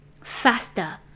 faster